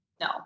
No